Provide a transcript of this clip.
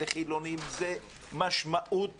חילוניים זאת משמעות